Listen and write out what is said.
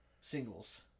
singles